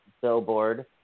billboard